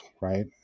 right